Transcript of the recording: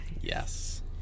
Yes